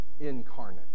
incarnate